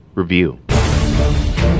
review